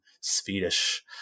Swedish